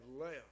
left